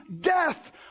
death